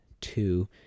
two